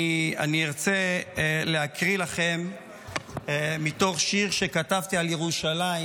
אני ארצה להקריא לכם מתוך שיר שכתבתי על ירושלים